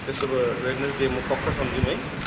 त्यसो भए वेडन्सडे म पक्का सम्झौँ है